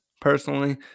personally